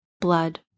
blood